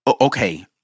okay